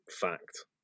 fact